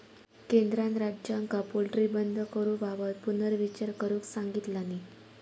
केंद्रान राज्यांका पोल्ट्री बंद करूबाबत पुनर्विचार करुक सांगितलानी